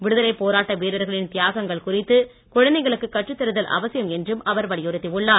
விடுதலை போராட்ட வீர ர்களின் தியாகங்கள் குறித்து குழந்தைகளுக்கு கற்றுத் தருதல் அவசியம் என்றும் அவர் வலியுறுத்தி உள்ளார்